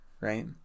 right